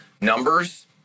numbers